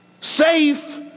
Safe